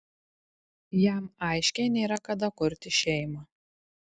jam aiškiai nėra kada kurti šeimą